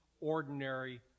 ordinary